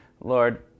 Lord